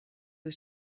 the